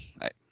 right